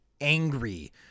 angry